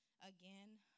again